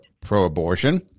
pro-abortion